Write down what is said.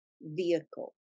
vehicle